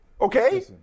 Okay